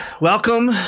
Welcome